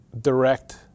direct